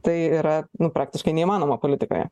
tai yra praktiškai neįmanoma politikoje